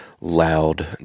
loud